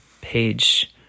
page